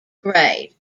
grade